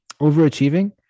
overachieving